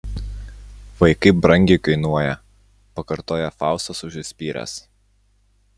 vaikai brangiai kainuoja pakartoja faustas užsispyręs